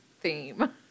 theme